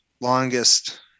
longest